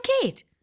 Kate